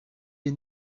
les